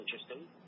interesting